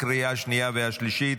לקריאה השנייה והשלישית.